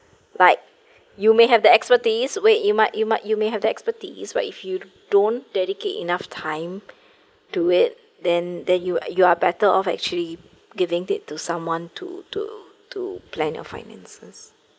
like you may have the expertise where it might you might you may have the expertise but if you don't dedicate enough time to it then then you you are better off actually giving it to someone to to to plan your finances